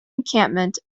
encampment